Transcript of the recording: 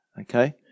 Okay